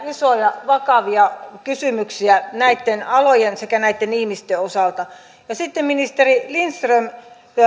isoja vakavia kysymyksiä näitten alojen sekä näitten ihmisten osalta sitten ministeri lindström